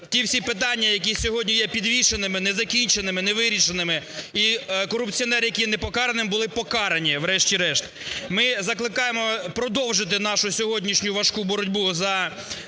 ті всі питання, які сьогодні є підвішеними, незакінченими, невирішеними і корупціонери, які не покарані, були покарані врешті-решт. Ми закликаємо продовжити нашу сьогоднішню важку боротьбу проти